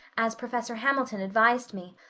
as professor hamilton advised me,